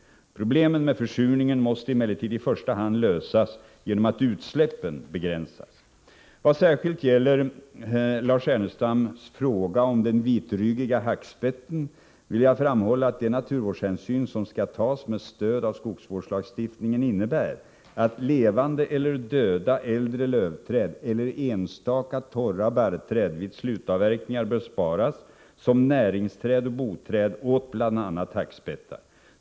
Problemen med försurningen måste emellertid i första hand lösas genom att utsläppen begränsas. Vad särskilt gäller Lars Ernestams fråga om den vitryggiga hackspetten vill jag framhålla att de naturvårdshänsyn som skall tas med stöd av skogsvårdslagstiftningen innebär att levande eller döda äldre lövträd eller enstaka torra barrträd vid slutavverkningar bör sparas som näringsträd och boträd åt bl.a. hackspettar.